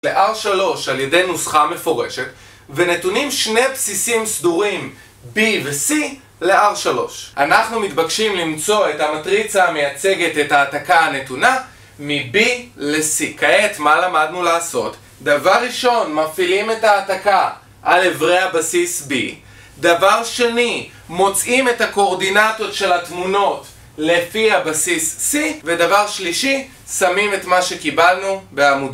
ל-R3 על ידי נוסחה מפורשת ונתונים שני בסיסים סדורים B ו-C ל-R3 אנחנו מתבקשים למצוא את המטריצה המייצגת את ההעתקה הנתונה מ-B ל-C כעת מה למדנו לעשות? דבר ראשון, מפעילים את ההעתקה על אברי הבסיס B דבר שני, מוצאים את הקואורדינטות של התמונות לפי הבסיס C ודבר שלישי, שמים את מה שקיבלנו בעמוד